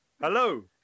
hello